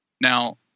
Now